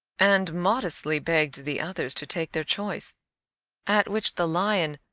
and modestly begged the others to take their choice at which the lion,